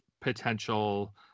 potential